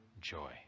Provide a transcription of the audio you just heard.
joy